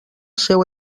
seu